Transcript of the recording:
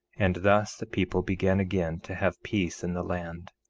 and thus the people began again to have peace in the land.